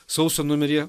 sausio numeryje